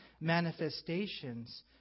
manifestations